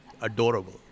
Adorable